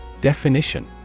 Definition